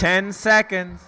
ten seconds